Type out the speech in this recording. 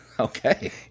Okay